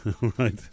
right